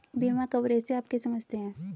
बीमा कवरेज से आप क्या समझते हैं?